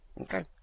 Okay